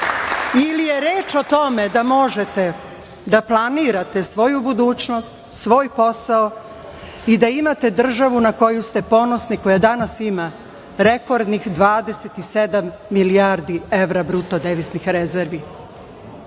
ili je reč o tome da možete da planirate svoju budućnost, svoj posao i da imate državu na koju ste ponosni, koja danas ima rekordnih 27 milijardi evra bruto deviznih rezervi,